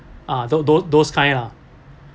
ah those those those kind lah